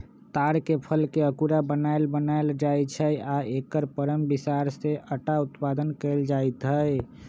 तार के फलके अकूरा बनाएल बनायल जाइ छै आ एकर परम बिसार से अटा उत्पादन कएल जाइत हइ